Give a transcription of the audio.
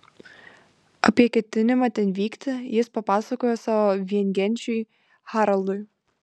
apie ketinimą ten vykti jis papasakojo savo viengenčiui haraldui